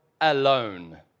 alone